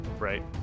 right